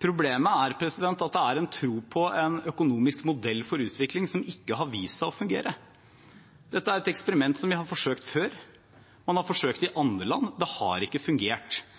problemet er at det er en tro på en økonomisk modell for utvikling som ikke har vist seg å fungere. Dette er et eksperiment vi har forsøkt før. Man har forsøkt det i andre land. Det har ikke fungert.